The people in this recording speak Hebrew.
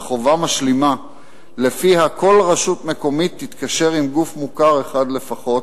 וחובה משלימה שכל רשות מקומית תתקשר עם גוף מוכר אחד לפחות